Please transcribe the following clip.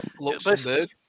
Luxembourg